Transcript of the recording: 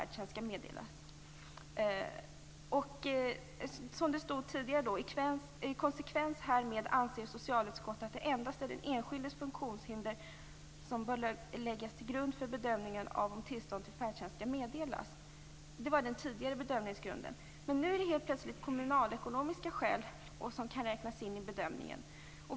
Den tidigare bedömningsgrunden lydde: "I konsekvens härmed anser socialutskottet att det endast är den enskildes funktionshinder som bör få läggas till grund för bedömningen av om tillstånd till färdtjänst skall meddelas." Nu kan helt plötsligt kommunalekonomiska skäl räknas in i bedömningen.